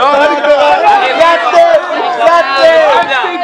5 בעד, נגד 5. 5